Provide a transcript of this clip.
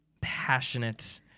passionate